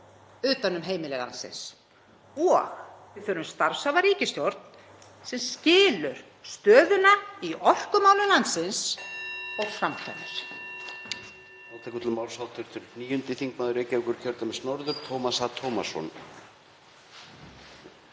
utan um heimili landsins og við þurfum starfhæfa ríkisstjórn sem skilur stöðuna í orkumálum landsins og framkvæmir.